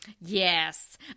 Yes